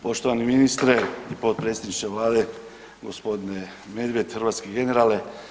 Poštovani ministre i potpredsjedniče Vlade, g. Medved, hrvatski generale.